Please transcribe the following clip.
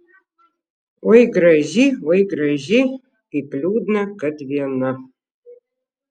oi graži oi graži kaip liūdna kad viena